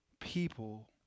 people